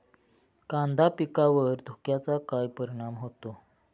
कांदा पिकावर धुक्याचा काय परिणाम होतो?